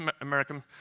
American